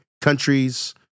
countries